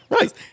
Right